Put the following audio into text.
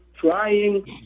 trying